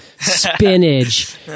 spinach